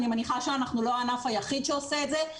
אני מניחה שאנחנו לא הענף היחיד שעושה את זה,